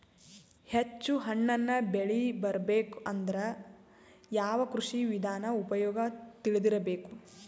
ಹೆಚ್ಚು ಹಣ್ಣನ್ನ ಬೆಳಿ ಬರಬೇಕು ಅಂದ್ರ ಯಾವ ಕೃಷಿ ವಿಧಾನ ಉಪಯೋಗ ತಿಳಿದಿರಬೇಕು?